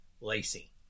Lacey